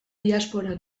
diasporan